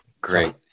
Great